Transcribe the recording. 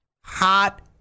Hot